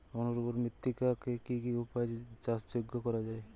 অনুর্বর মৃত্তিকাকে কি কি উপায়ে চাষযোগ্য করা যায়?